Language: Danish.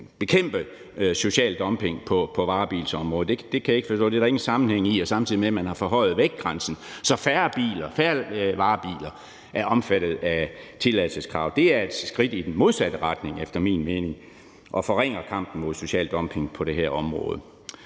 det er der ingen sammenhæng i, og samtidig har man forhøjet vægtgrænsen, så færre varebiler er omfattet af tilladelseskravet. Det er efter min mening et skridt i den modsatte retning og forringer kampen mod social dumping på det her område.